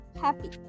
happy